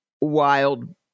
wild